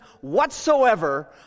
whatsoever